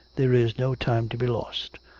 there is no time to be lost.